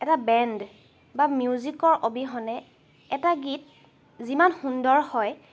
এটা বেণ্ড বা মিউজিকৰ অবিহনে এটা গীত যিমান সুন্দৰ হয়